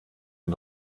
den